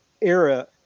era